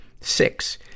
Six